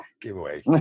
Giveaway